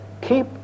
Keep